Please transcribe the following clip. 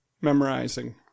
memorizing